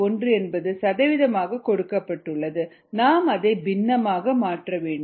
1 என்பது சதவிகிதமாக கொடுக்கப்பட்டுள்ளது நாம் அதை பின்னமாக மாற்ற வேண்டும்